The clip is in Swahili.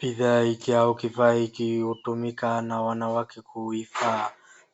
Bidhaa hiki au kifaa hiki hutumika na wanawake kuivaa